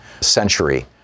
century